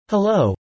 Hello